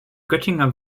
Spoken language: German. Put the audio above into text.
göttinger